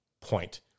point